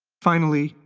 finally,